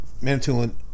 Manitoulin